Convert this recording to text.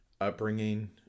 upbringing